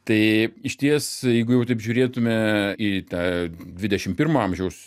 tai išties jeigu jau taip žiūrėtume į tą dvidešimt pirmo amžiaus